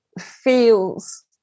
feels